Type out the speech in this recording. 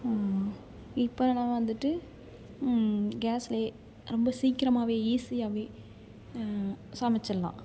இப்போலாம் வந்துட்டு கேஸ்லேயே ரொம்ப சீக்கிரமாகவே ஈஸியாகவே சமைச்சிடலாம்